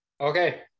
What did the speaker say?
Okay